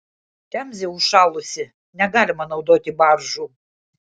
temzė užšalusi negalima naudoti baržų